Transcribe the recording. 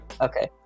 Okay